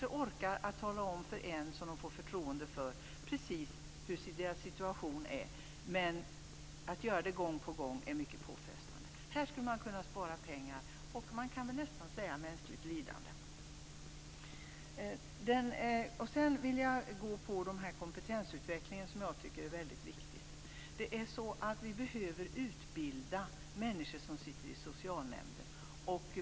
De kanske för en person som de får förtroende för orkar tala om hur deras situation är, men att göra det gång på gång är mycket påfrestande. Här skulle man kunna spara pengar och även mänskligt lidande. Jag vill gå in på det här med kompetensutveckling, som är mycket viktig. Vi behöver utbilda människor som sitter i socialförsäkringsnämnderna.